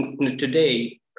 today